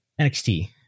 NXT